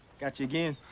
got you again.